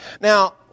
Now